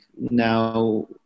now